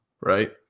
right